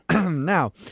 Now